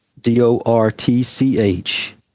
D-O-R-T-C-H